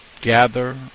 gather